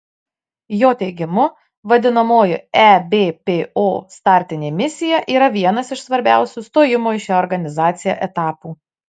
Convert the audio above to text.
jo teigimu vadinamoji ebpo startinė misija yra vienas iš svarbių stojimo į šią organizaciją etapų